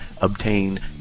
obtain